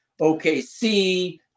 OKC